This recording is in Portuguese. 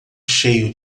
cheio